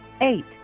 eight